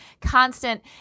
constant